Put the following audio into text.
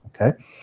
okay